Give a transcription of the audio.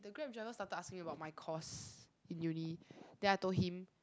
the grab driver started asking about my course in uni then I told him